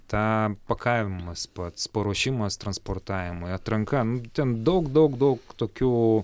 tą pakavimas pats paruošimas transportavimui atranka nu ten daug daug daug tokių